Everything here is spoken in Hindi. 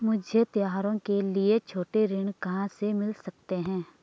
मुझे त्योहारों के लिए छोटे ऋण कहाँ से मिल सकते हैं?